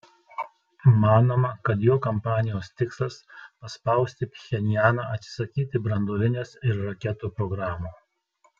manoma kad jo kampanijos tikslas paspausti pchenjaną atsisakyti branduolinės ir raketų programų